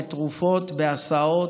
בתרופות, בהסעות,